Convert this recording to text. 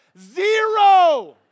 Zero